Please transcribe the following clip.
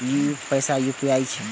पैसा यू.पी.आई?